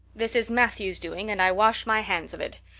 this is matthew's doings and i wash my hands of it.